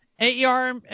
AER